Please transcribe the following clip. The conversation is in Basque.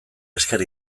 esker